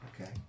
Okay